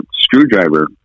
screwdriver